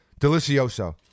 Delicioso